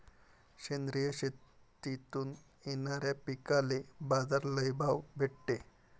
सेंद्रिय शेतीतून येनाऱ्या पिकांले बाजार लई भाव भेटते